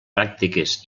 pràctiques